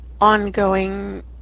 ongoing